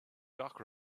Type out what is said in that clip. gach